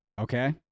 okay